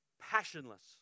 passionless